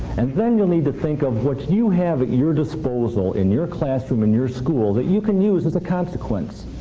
and then you'll need to think of what you have at your disposal, in your classroom, in your school, that you can use as a consequence.